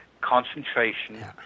concentration